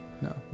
no